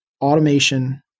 automation